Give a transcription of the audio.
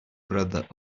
brother